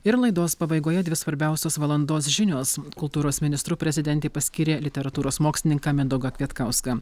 ir laidos pabaigoje dvi svarbiausios valandos žinios kultūros ministru prezidentė paskyrė literatūros mokslininką mindaugą kvietkauską